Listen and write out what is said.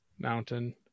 mountain